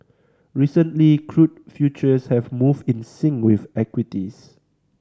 recently crude futures have moved in sync with equities